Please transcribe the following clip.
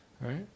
Right